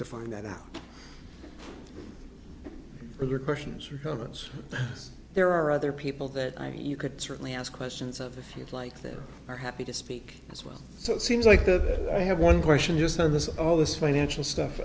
to find that out for your questions or comments there are other people that i could certainly ask questions of a few like there are happy to speak as well so it seems like that i have one question just on this all this financial stuff